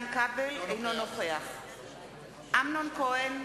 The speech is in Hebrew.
אינו נוכח אמנון כהן,